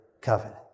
covenant